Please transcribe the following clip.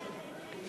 להתירם),